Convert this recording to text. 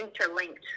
interlinked